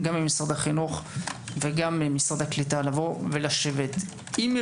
ממשרד החינוך וממשרד הקליטה לשבת עם המורים,